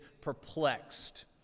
perplexed